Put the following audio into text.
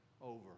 over